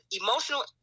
emotional